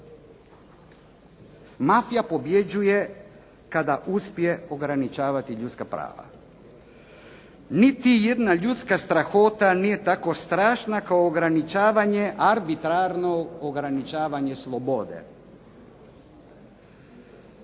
Mafija pobjeđuje kada uspije ograničavati ljudska prava. Niti jedna ljudska strahota nije tako strašna kao ograničavanje, arbitrarno ograničavanje slobode.